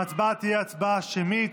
ההצבעה תהיה הצבעה שמית.